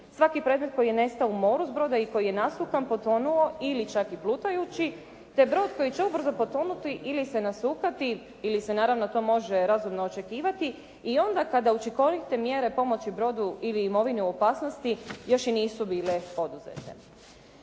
svaki predmet koji je nestao u moru s broda i koji je nasukan, potonuo ili čak i plutajući te brod koji će ubrzo potonuti ili se nasukati ili se naravno to može razumno očekivati i onda kada učinkovite mjere pomoći brodu ili imovini u opasnosti još i nisu bile poduzete.